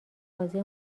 بازی